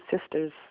sisters